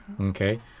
Okay